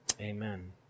Amen